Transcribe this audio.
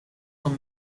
also